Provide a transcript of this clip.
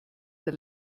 der